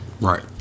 Right